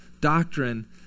doctrine